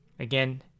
Again